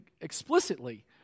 explicitly